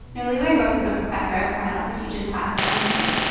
noliwe rooks is a professor at cornell who teaches classes on beauty.